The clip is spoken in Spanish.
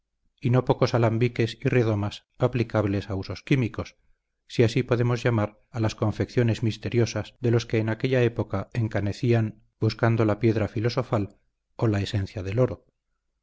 y no pocos alambiques y redomas aplicables a usos químicos si así podemos llamar a las confecciones misteriosas de los que en aquella época encanecían buscando la piedra filosofal o la esencia del oro